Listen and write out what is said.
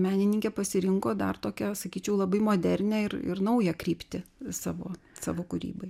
menininkė pasirinko dar tokią sakyčiau labai modernią ir ir naują kryptį savo savo kūrybai